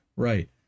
Right